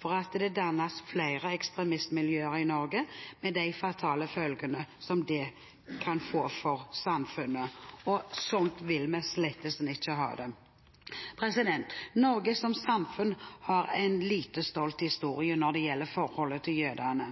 for at det dannes flere ekstremistmiljøer i Norge, med de fatale følgene som det kan få for samfunnet, og sånn vil vi slett ikke ha det. Norge som samfunn har en lite stolt historie når det gjelder forholdet til jødene.